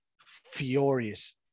Furious